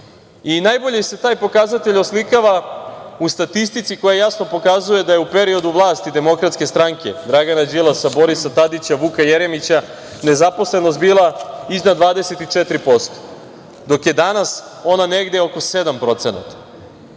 ljudi. Najbolje se taj pokazatelj oslikava u statistici koja jasno pokazuje da je u periodu vlasti DS, Dragana Đilasa, Borisa Tadića, Vuka Jeremića nezaposlenost bila iznad 24%, dok je danas ona negde oko 7%